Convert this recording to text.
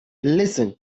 listen